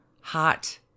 hot